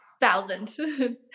Thousand